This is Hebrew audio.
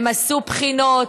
הם עשו בחינות,